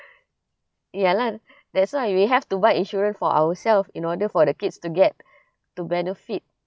ya lah that's why we have to buy insurance for ourselves in order for the kids to get to benefit